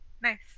nice